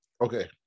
Okay